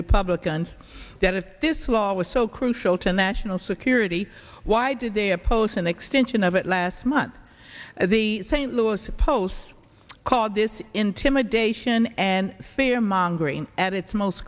republicans then if this law was so crucial to national security why did they oppose an extension of it last month at the st louis post called this intimidation and fear mongering at its most